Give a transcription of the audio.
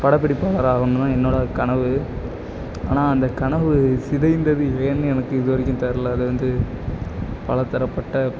படப்பிடிப்பாளர் ஆகணும் தான் என்னோட கனவு ஆனால் அந்த கனவு சிதைந்தது ஏன்னு எனக்கு இது வரைக்கும் தெரியல அது வந்து பலத்தரப்பட்ட